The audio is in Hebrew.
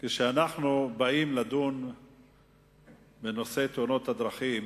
כשאנחנו באים לדון בנושא תאונות הדרכים,